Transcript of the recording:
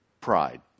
Pride